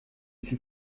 suis